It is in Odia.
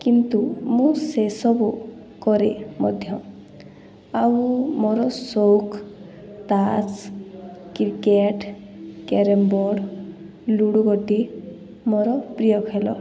କିନ୍ତୁ ମୁଁ ସେସବୁ କରେ ମଧ୍ୟ ଆଉ ମୋର ସଉକ ତାସ୍ କ୍ରିକେଟ୍ କ୍ୟାରମ୍ ବୋର୍ଡ଼ ଲୁଡ଼ୁଗୋଟି ମୋର ପ୍ରିୟ ଖେଳ